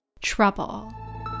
Trouble